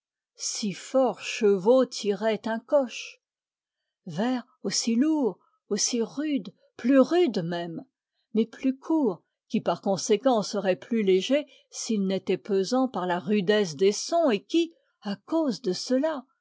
six forts chevaux tiraient un coche vers aussi lourd aussi rude plus rude même mais plus court qui par conséquent serait plus léger s'il n'était pesant par la rudesse des sons et qui à cause de cela